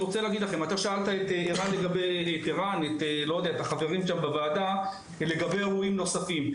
אתה שאלת את החברים בוועדה לגבי אירועים נוספים.